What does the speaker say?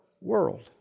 world